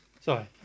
sorry